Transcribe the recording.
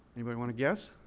anybody want to guess?